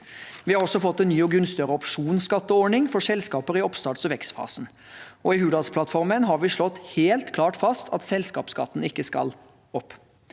Vi har også fått en ny og gunstigere opsjonsskatteordning for selskaper i oppstarts- og vekstfasen, og i Hurdalsplattformen har vi slått helt klart fast at selskapsskatten ikke skal opp.